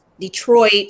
Detroit